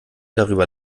darüber